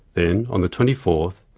then on the twenty fourth,